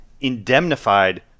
indemnified